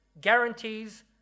guarantees